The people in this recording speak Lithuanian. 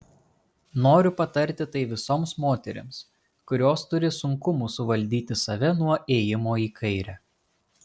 noriu patarti tai visoms moterims kurios turi sunkumų suvaldyti save nuo ėjimo į kairę